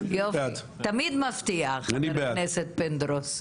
תמיד מפתיע חבר הכנסת פינדרוס.